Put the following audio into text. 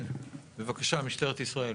בבקשה, משטרת ישראל.